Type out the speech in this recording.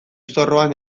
zorroan